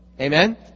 Amen